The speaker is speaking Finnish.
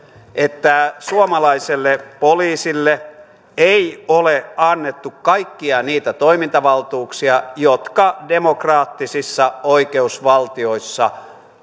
että suomalaiselle poliisille ei ole annettu kaikkia niitä toimintavaltuuksia jotka demokraattisissa oikeusvaltioissa